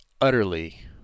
utterly